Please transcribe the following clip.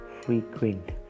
frequent